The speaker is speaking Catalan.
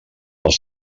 els